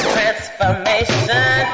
Transformation